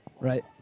Right